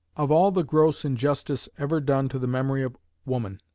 of all the gross injustice ever done to the memory of woman,